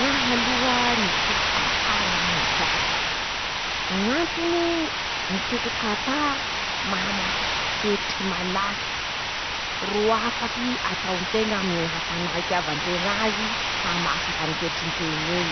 ñ'ahy aloha ñy toko katà ñ'ahy ñy teako. ñ'antony: -ñy toko katà mahamasaky ketriky malaky ro afaky ataon-teña aminy ñy hafanà itiavan-teña azy hahamasaky any ketrikin-teñ'eñy.